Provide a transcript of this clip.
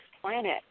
planet